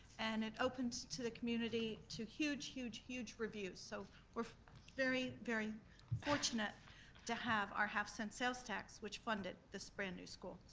and it opened to the community to huge, huge, huge reviews. so we're very very fortunate to have our half cent sales tax which funded this brand new school,